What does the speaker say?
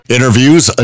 Interviews